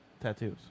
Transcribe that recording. tattoos